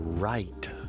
Right